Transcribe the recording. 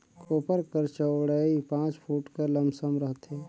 कोपर कर चउड़ई पाँच फुट कर लमसम रहथे